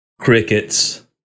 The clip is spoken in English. crickets